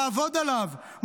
לעבוד עליו,